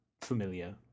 familiar